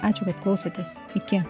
ačiū kad klausotės iki